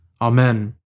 Amen